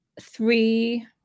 three